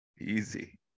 Easy